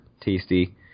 tasty